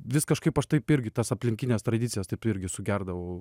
vis kažkaip aš taip irgi tas aplinkines tradicijas taip irgi sugerdavau